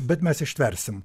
bet mes ištversim